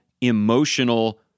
emotional